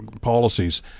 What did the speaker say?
policies